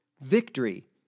Victory